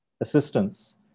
assistance